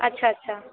ਅੱਛਾ ਅੱਛਾ